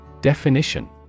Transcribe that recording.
Definition